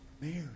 Mary